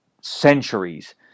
centuries